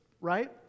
right